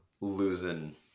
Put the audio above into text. losing